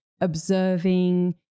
observing